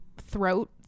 throat